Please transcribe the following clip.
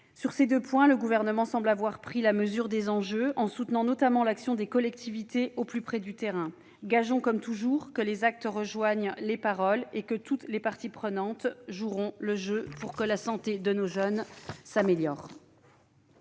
Sur ces deux points, le Gouvernement semble avoir pris la mesure des enjeux, en soutenant notamment l'action des collectivités au plus près du terrain. Gageons, comme toujours, que les actes rejoindront les paroles et que toutes les parties prenantes joueront le jeu, afin que la santé de nos jeunes s'améliore.